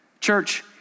Church